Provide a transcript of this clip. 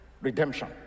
redemption